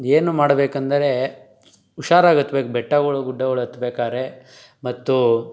ಏನು ಮಾಡಬೇಕಂದರೇ ಹುಷಾರಾಗಿ ಹತ್ಬೇಕು ಬೆಟ್ಟಗಳು ಗುಡ್ಡಗಳು ಹತ್ಬೇಕಾದ್ರೇ ಮತ್ತು